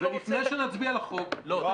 ולפני שנצביע על החוק --- יואב,